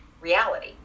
reality